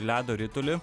ledo ritulį